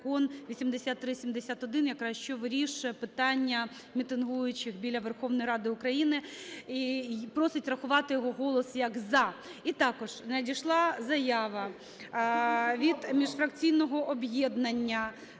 закон 8371, якраз що вирішує питання мітингуючих біля Верховної Ради України. І просить рахувати його голос як "за". І також надійшла заява від міжфракційного об'єднання